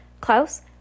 Klaus